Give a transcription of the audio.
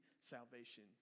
salvation